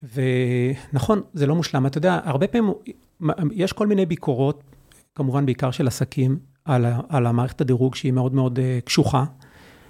ונכון, זה לא מושלם. אתה יודע, הרבה פעמים, יש כל מיני ביקורות, כמובן בעיקר של עסקים, על המערכת הדירוג שהיא מאוד מאוד קשוחה.